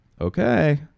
Okay